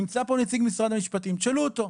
נמצא כאן נציג משרד המשפטים, תשאלו אותו.